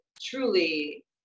truly